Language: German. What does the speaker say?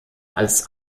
als